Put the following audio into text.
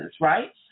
right